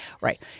Right